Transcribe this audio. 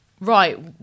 right